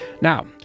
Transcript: Now